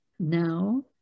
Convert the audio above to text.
Now